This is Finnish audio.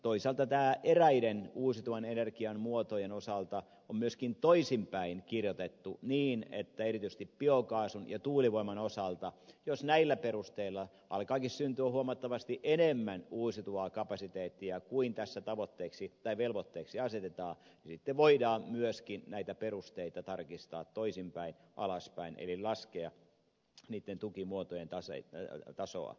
toisaalta tämä eräiden uusiutuvan energian muotojen osalta on myöskin toisinpäin kirjoitettu niin erityisesti biokaasun ja tuulivoiman osalta että jos näillä perusteilla alkaa kin syntyä huomattavasti enemmän uusiutuvaa kapasiteettia kuin tässä tavoitteeksi tai velvoitteeksi asetetaan niin sitten voidaan myöskin näitä perusteita tarkistaa toisinpäin alaspäin eli laskea niitten tukimuotojen tasoa